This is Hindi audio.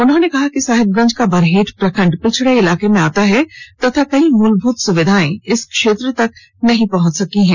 उन्होंने कहा कि साहिबगंज का बरहेट प्रखंड पिछड़े इलाके में आता है तथा कई मूलभूत सुविधाएं इस क्षेत्र तक नहीं पहुंच सकी हैं